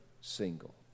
single